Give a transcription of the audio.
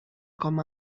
com